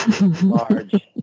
large